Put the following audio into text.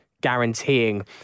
guaranteeing